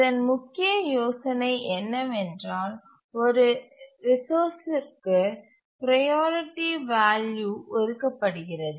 இதன் முக்கிய யோசனை என்னவென்றால் ஒரு ரிசோர்ஸ்ற்கு ப்ரையாரிட்டி வால்யூ ஒதுக்கப்படுகிறது